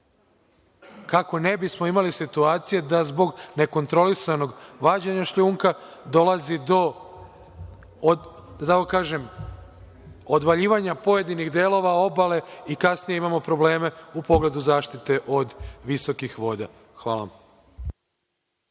kako ne bismo imali situacije da zbog nekontrolisanog vađenja šljunka dolazi do, da tako kažem, odvaljivanja pojedinih delova obale i kasnije imamo probleme u pogledu zaštite od visokih voda. Hvala